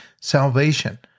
salvation